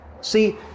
see